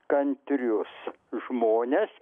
kantrius žmones